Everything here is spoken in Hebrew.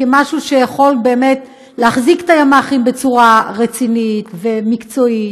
כמשהו שיכול באמת להחזיק את הימ"חים בצורה רצינית ומקצועית,